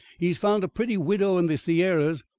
he's found a pretty widow in the sierras,